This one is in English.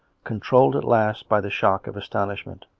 controlled at last by the shock of astonishment.